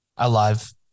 alive